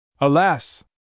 Alas